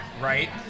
right